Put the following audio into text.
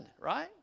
right